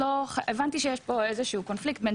הבנתי שיש פה איזה קונפליקט בין